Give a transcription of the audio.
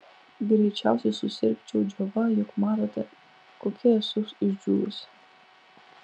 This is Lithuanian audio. greičiausiai susirgčiau džiova juk matote kokia esu išdžiūvusi